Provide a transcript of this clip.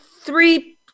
three